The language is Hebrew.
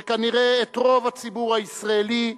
שכנראה את רוב הציבור הישראלי,